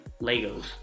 Legos